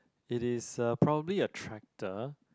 it is a probably a tractor